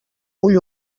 ull